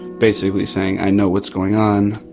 basically saying, i know what's going on,